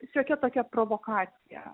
šiokia tokia provokacija